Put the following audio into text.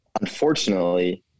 Unfortunately